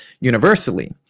universally